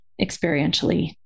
experientially